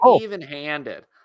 even-handed